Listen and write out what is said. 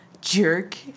jerk